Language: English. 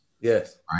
Yes